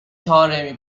طارمی